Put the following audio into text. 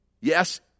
Yes